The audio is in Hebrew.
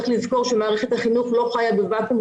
צריך לזכור שמערכת החינוך לא חיה בוואקום,